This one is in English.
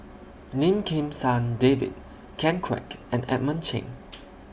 Lim Kim San David Ken Kwek and Edmund Cheng